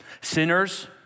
Sinners